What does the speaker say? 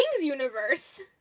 Universe